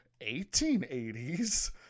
1880s